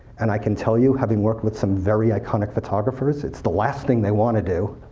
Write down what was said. and i can tell you, having worked with some very iconic photographers, it's the last thing they want to do,